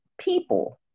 people